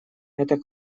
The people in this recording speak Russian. это